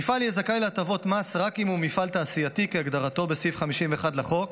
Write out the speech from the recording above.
מפעל יהיה זכאי להטבות מס רק אם הוא מפעל תעשייתי כהגדרתו בסעיף 51 לחוק